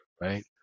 right